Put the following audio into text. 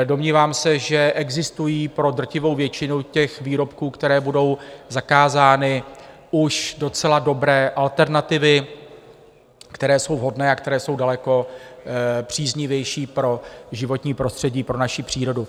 Domnívám se, že existují pro drtivou většinu těch výrobků, které budou zakázány, už docela dobré alternativy, které jsou vhodné a které jsou daleko příznivější pro životní prostředí, pro naši přírodu.